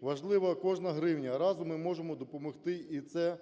Важлива кожна гривня. Разом ми зможемо допомогти і це